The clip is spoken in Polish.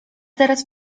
teraz